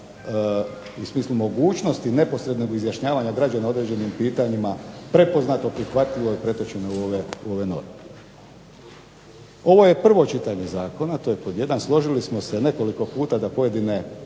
u smislu mogućnosti neposrednog izjašnjavanja građana određenim pitanjima prepoznato, prihvatljivo i pretočeno u ove norme. Ovo je prvo čitanje zakona, to je pod 1. složili smo se nekoliko puta da pojedine